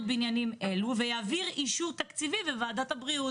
בעניינים אלו ויעביר אישור תקציבי בוועדת הבריאות.